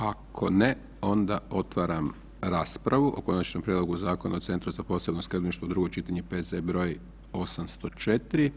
Ako ne, onda otvaram raspravu o Konačnom prijedlogu Zakona o Centru za posebno skrbništvo, drugo čitanje, P.Z. br. 804.